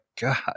God